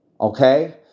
Okay